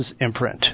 imprint